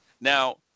Now